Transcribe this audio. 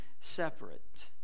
separate